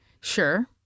Sure